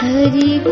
Hari